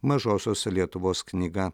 mažosios lietuvos knyga